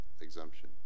exemption